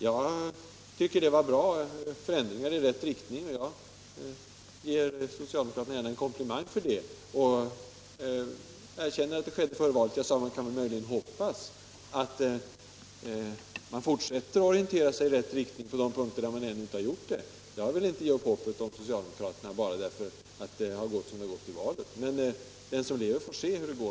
Det tycker jag var förändringar i rätt riktning, och jag ger gärna socialdemokraterna en komplimang för det och erkänner att det skedde före valet. Jag sade också att man möjligen kan hoppas att socialdemokraterna fortsätter att orientera sig i rätt riktning på de punkter där man ännu inte har gjort det. Jag vill inte ge upp hoppet om socialdemokraterna bara därför att det gick som det gick i valet, men den som lever får se hur det går.